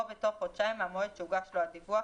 בתוך חודשיים מהמועד שהוגש לו הדיווח,